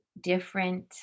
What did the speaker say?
different